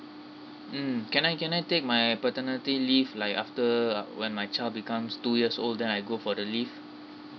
mm can I can I take my paternity leave like after uh when my child becomes two years old then I go for the leave